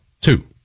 two